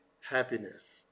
happiness